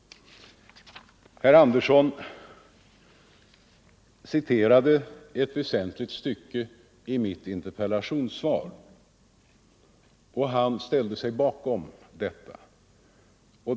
Herr Andersson i Örebro citerade ett väsentligt stycke i mitt interpellationssvar och ställde sig bakom det.